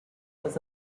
was